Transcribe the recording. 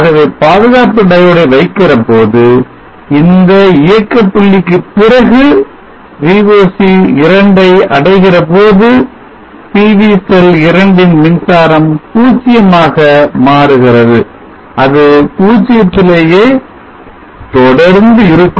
ஆகவே பாதுகாப்பு diode ஐ வைக்கிறபோது இந்த இயக்க புள்ளிக்கு பிறகு Voc2 ஐ அடைகிறபோது PV செல் 2 ன் மின்சாரம் 0 ஆக மாறுகிறது அது 0 த்திலேயே தொடர்ந்து இருக்கும்